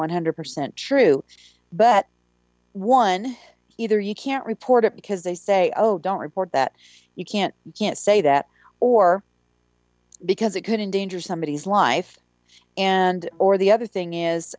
one hundred percent true but one either you can't report it because they say oh don't report that you can't say that or because it could endanger somebody his life and or the other thing